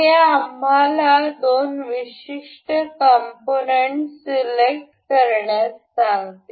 हे आम्हाला दोन विशिष्ट कंपोनेंट सिलेक्ट करण्यास सांगते